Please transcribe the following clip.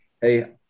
hey